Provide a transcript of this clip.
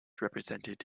represented